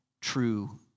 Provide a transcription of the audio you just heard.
true